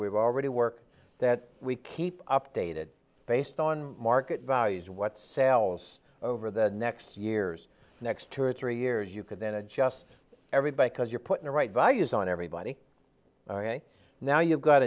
we've already work that we keep updated based on market values what sales over the next years the next two or three years you could then adjust everybody because you're putting the right values on everybody right now you've got